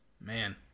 man